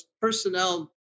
personnel